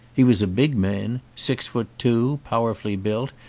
he was a big man, six foot two, powerfully built,